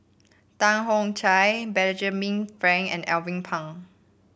Tan Benjamin Frank and Alvin Pang